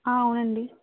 అవునండి